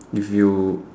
if you